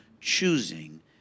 choosing